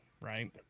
right